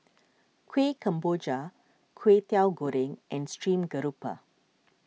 Kuih Kemboja Kway Teow Goreng and Stream Grouper